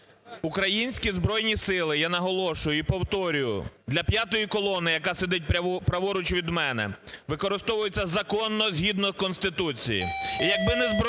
Українські Збройні сили, я наголошую, і повторюю для "П'ятої колони", яка сидить праворуч від мене, використовується законно, згідно Конституції.